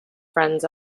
friends